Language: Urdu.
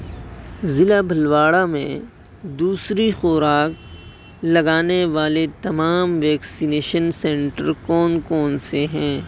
ضلع بھلواڑہ میں دوسری خوراک لگانے والے تمام ویکسینیشن سنٹر کون کون سے ہیں